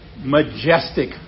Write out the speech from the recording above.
majestic